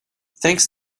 thanks